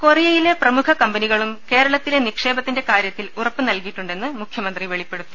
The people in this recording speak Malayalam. കൊറിയയിലെ പ്രമുഖ കമ്പനിക ളും കേരളത്തിലെ നിക്ഷേപത്തിന്റെ കാര്യത്തിൽ ഉറപ്പ് നൽകിയിട്ടുണ്ടെന്ന് മുഖ്യമന്ത്രി വെളിപ്പെടുത്തി